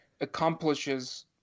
accomplishes